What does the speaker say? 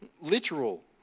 literal